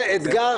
אז תביא.